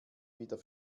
wieder